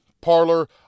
Parlor